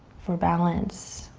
for balance,